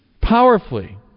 powerfully